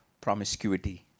promiscuity